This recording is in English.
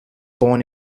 born